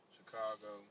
Chicago